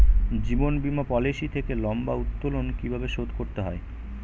জীবন বীমা পলিসি থেকে লম্বা উত্তোলন কিভাবে শোধ করতে হয়?